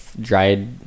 dried